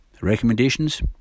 Recommendations